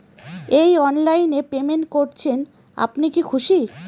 এই অনলাইন এ পেমেন্ট করছেন আপনি কি খুশি?